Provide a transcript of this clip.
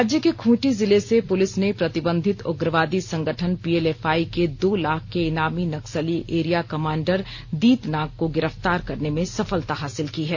राज्य के खूंटी जिले से पुलिस ने प्रतिबंधित उग्रवादी संगठन पीएलएफआई के दो लाख के इनामी नक्सली एरिया कमांडर दीत नाग को गिरफ़्तार करने में सफलता हासिल की है